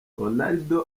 ronaldo